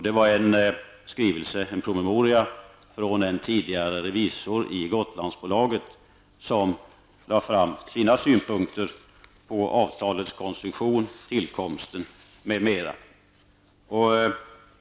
Det var en promemoria från en tidigare revisor i Gotlandsbolaget som lägger fram sina synpunkter på avtalets konstruktion, dess tillkomst m.m.